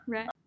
Right